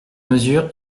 mesure